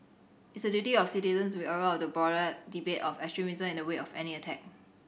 it's the duty of citizens to be aware of the broader debate of extremism in the wake of any attack